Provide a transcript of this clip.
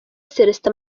celestin